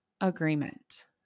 agreement